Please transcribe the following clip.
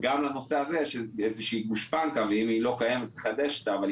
גם לנושא הזה יש איזושהי גושפנקא ואם היא לא קיימת צריך לחדש אותה,